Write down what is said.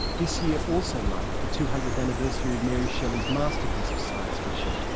this year also marks the two hundredth anniversary of mary shelley's masterpiece of science fiction,